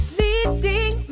leading